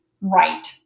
right